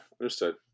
understood